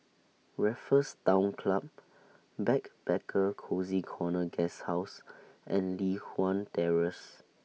Raffles Town Club Backpacker Cozy Corner Guesthouse and Li Hwan Terrace